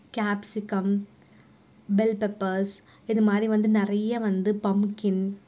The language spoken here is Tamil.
கேப்ஸிகம் பெல்பெப்பர்ஸ் இதுமாதிரி வந்து நிறைய வந்து பம்கின்